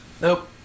Nope